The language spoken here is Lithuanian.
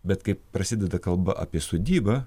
bet kai prasideda kalba apie sodybą